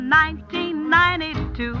1992